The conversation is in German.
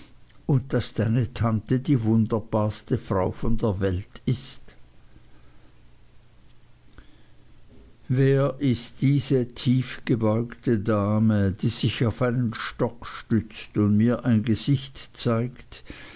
und daß deine tante die wunderbarste frau von der welt ist wer ist diese tiefgebeugte dame die sich auf einen stock stützt und mir ein gesicht zeigt